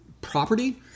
property